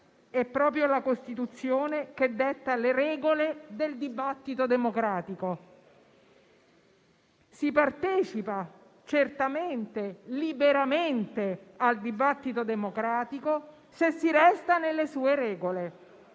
È proprio la Costituzione che detta le regole del dibattito democratico. Si partecipa certamente e liberamente al dibattito democratico se si resta nelle sue regole,